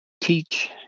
teach